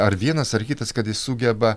ar vienas ar kitas kad jis sugeba